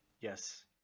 yes